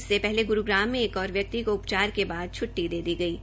इससे पहले ग्रूग्राम में एक और व्यक्ति को उपचार के बाद छुट्टी दे गई है